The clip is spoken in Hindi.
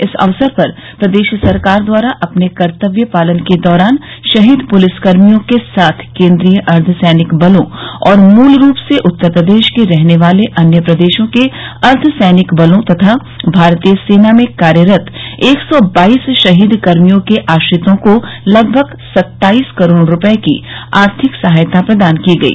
इस अवसर पर प्रदेश सरकार द्वारा अपने कर्तव्य पालन के दौरान शहीद पुलिसकर्मियों के साथ केन्द्रीय अर्धसैनिक बलों और मूल रूप से उत्तर प्रदेश के रहने वाले अन्य प्रदेशों के अर्धसैनिक बलों तथा भारतीय सेना में कार्यरत एक सौ बाईस शहीद कर्मियों के आश्रितों को लगभग सत्ताईस करोड़ रूपये की आर्थिक सहायता प्रदान की गई